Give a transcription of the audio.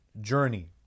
journey